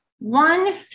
One